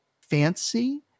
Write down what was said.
fancy